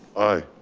aye.